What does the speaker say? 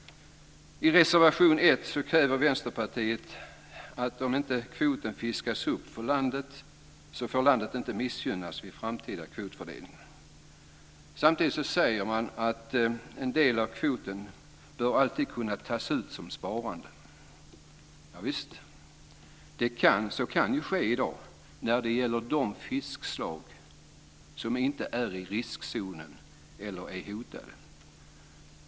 I reservation 1 kräver Vänsterpartiet att ett land som inte fiskar upp sin kvot inte får missgynnas vid en framtida kvotfördelning. Samtidigt säger man att en del av kvoten alltid bör kunna tas ut som sparande. Så kan ske i dag när det gäller de fiskslag som inte är i riskzonen eller är hotade.